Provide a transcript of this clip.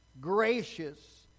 gracious